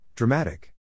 Dramatic